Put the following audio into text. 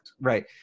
Right